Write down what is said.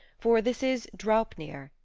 for this is draupnir,